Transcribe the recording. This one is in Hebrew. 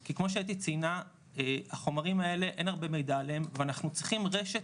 כי כמו שאתי ציינה החומרים האלה אין הרבה מידע עליהם ואנחנו צריכים רשת